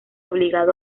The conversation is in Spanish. obligado